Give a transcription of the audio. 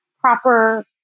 proper